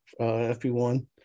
FP1